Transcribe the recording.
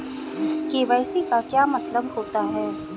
KYC का क्या मतलब होता है?